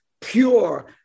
pure